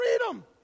freedom